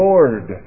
Lord